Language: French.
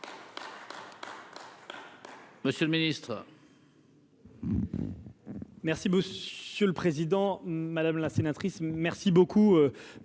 Monsieur le Ministre.